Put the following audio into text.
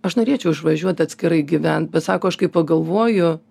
aš norėčiau išvažiuot atskirai gyvent bet sako aš kai pagalvoju